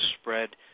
spread